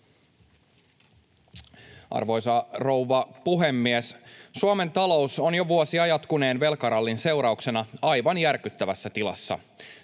Arvoisa rouva puhemies! Suomen talous on jo vuosia jatkuneen velkarallin seurauksena aivan järkyttävässä tilassa.